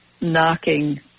knocking